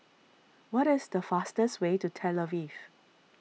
what is the fastest way to Tel Aviv